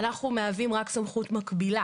אנחנו מהווים רק סמכות מקבילה